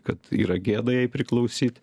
kad yra gėda jai priklausyt